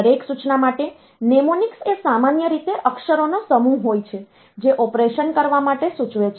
દરેક સૂચના માટે નેમોનિક્સ એ સામાન્ય રીતે અક્ષરોનો સમૂહ હોય છે જે ઑપરેશન કરવા માટે સૂચવે છે